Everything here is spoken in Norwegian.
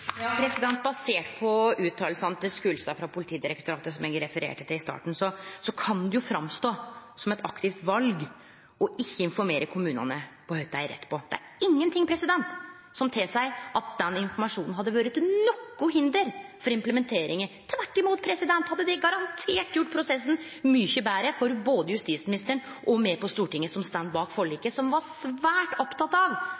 Basert på fråsegna til Skulstad i Politidirektoratet, som eg refererte til i starten, så kan det framstå som eit aktivt val å ikkje informere kommunane om kva dei har rett på. Det er ingenting som tilseier at den informasjonen hadde vore til noko hinder for implementeringa. Tvert om hadde det garantert gjort prosessen mykje betre, både for justisministeren og for oss på Stortinget som står bak forliket, som var svært opptekne av